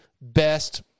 best